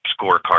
scorecard